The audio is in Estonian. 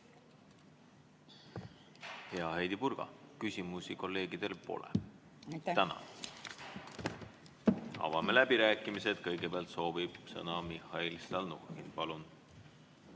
Hea Heidy Purga, küsimusi kolleegidel pole. Tänan! Avame läbirääkimised. Kõigepealt soovib sõna Mihhail Stalnuhhin. Palun!